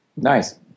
Nice